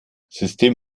system